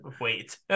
wait